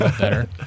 better